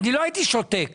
לא הייתי שותק,